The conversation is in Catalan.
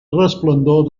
resplendor